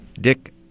Dick